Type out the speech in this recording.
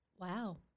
Wow